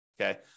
okay